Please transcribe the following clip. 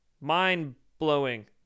Mind-blowing